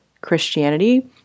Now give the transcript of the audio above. Christianity